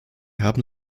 haben